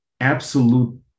absolute